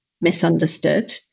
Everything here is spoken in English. misunderstood